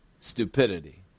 stupidity